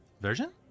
Version